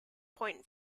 point